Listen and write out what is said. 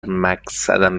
مقصدم